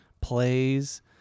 plays